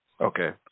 okay